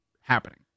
happening